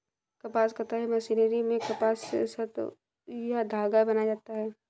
कपास कताई मशीनरी में कपास से सुत या धागा बनाया जाता है